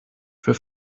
für